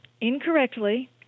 incorrectly